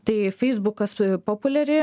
tai feisbukas populiari